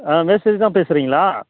ஆ மேஸ்திரிதான் பேசுகிறிங்ளா